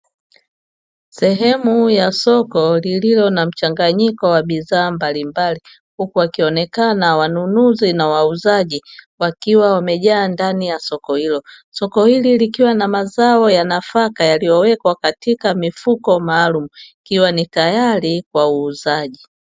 Sehemu ya soko lililo na mchanganyiko wa bidhaa mbalimbali huku wakionekana wanunuzi na wauzaji, wakiwa wamejaa ndani ya soko hilo. Soko hili likiwa na mazao ya nafaka, yaliowekwa katika mifuko maalumu, ikiwa ni tayari kwa uuzaji.